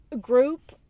group